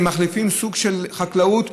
הם מחליפים סוג של חקלאות,